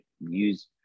use